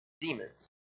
demons